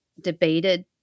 debated